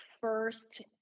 first